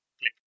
Click